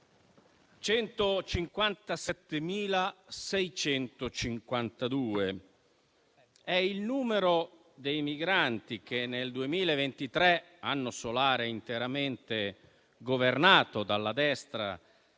157.652 è il numero dei migranti che nel 2023, anno solare interamente governato dalla destra